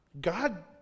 God